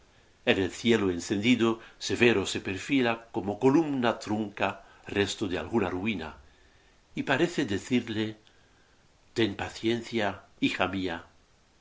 en el cielo encendido severo se perfila como columna trunca resto de alguna ruina y parece decirle ten paciencia hija mía